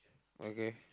okay